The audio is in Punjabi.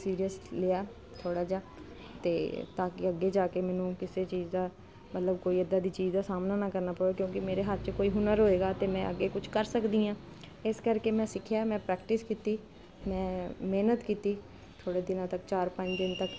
ਸੀਰੀਅਸ ਲਿਆ ਥੋੜਾ ਜਿਹਾ ਤੇ ਤਾਂ ਕੀ ਅੱਗੇ ਜਾ ਕੇ ਮੈਨੂੰ ਕਿਸੇ ਚੀਜ਼ ਦਾ ਮਤਲਬ ਕੋਈ ਇਦਾਂ ਦੀ ਚੀਜ਼ ਦਾ ਸਾਹਮਣਾ ਨਾ ਕਰਨਾ ਪਵੇ ਕਿਉਂਕਿ ਮੇਰੇ ਹੱਥ 'ਚ ਕੋਈ ਹੁਨਰ ਹੋਏਗਾ ਤੇ ਮੈਂ ਅੱਗੇ ਕੁਝ ਕਰ ਸਕਦੀ ਆਂ ਇਸ ਕਰਕੇ ਮੈਂ ਸਿੱਖਿਆ ਮੈਂ ਪ੍ਰੈਕਟਿਸ ਕੀਤੀ ਮੈਂ ਮਿਹਨਤ ਕੀਤੀ ਥੋੜੇ ਦਿਨਾਂ ਤੱਕ ਚਾਰ ਪੰਜ ਦਿਨ ਤੱਕ